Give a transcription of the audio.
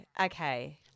Okay